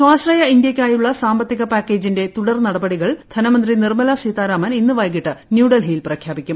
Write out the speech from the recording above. സ്വാശ്രൂയ ഇന്ത്യയ്ക്കായുള്ള സാമ്പത്തിക പാക്കേജിന്റെ തുടൂർ ന്ടപടികൾ ധനമന്ത്രി നിർമ്മലാ സീതാരാമൻ ഇന്ന് പ്രിക്ക്കിട്ട് ന്യൂഡൽഹിയിൽ പ്രഖ്യാപിക്കും